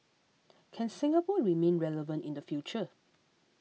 can Singapore remain relevant in the future